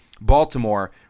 Baltimore